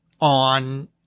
on